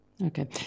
Okay